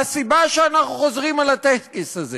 והסיבה שאנחנו חוזרים על הטקס הזה